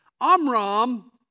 Amram